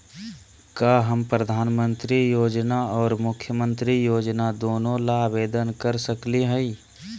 का हम प्रधानमंत्री योजना और मुख्यमंत्री योजना दोनों ला आवेदन कर सकली हई?